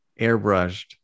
airbrushed